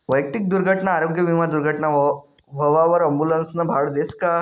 वैयक्तिक दुर्घटना आरोग्य विमा दुर्घटना व्हवावर ॲम्बुलन्सनं भाडं देस का?